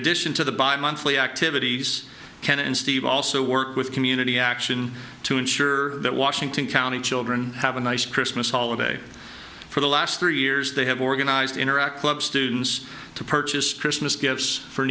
addition to the by monthly activities can and steve also work with community action to ensure that washington county children have a nice christmas holiday for the last three years they have organized interact club students to purchase christmas gifts for